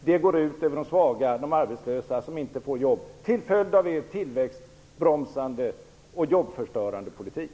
Det går ut över de svaga och de arbetslösa, som inte får jobb, till följd av er tillväxtbromsande och jobbförstörande politik.